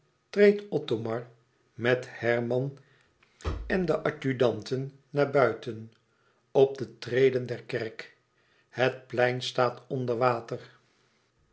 treedt othomar met herman en de adjudanten naar buiten op de treden der kerk het plein staat onder water